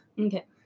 Okay